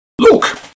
Look